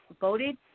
voted